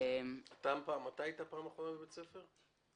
מתי היית לאחרונה בבית הספר?